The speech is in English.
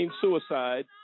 suicide